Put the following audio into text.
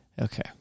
Okay